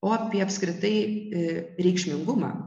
o apie apskritai reikšmingumą